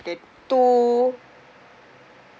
that two